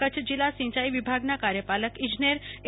કચ્છ જિલ્લા સિંચાઈ વિભાગના કાર્યપાલક ઈજનેર એ